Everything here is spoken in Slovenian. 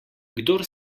kdor